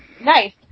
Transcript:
Nice